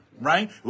Right